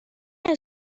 است